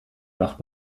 macht